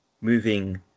moving